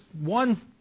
one